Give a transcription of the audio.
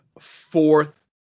fourth